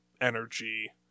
energy